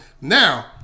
Now